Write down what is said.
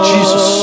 Jesus